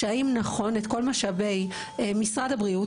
האם נכון את כל משאבי משרד הבריאות,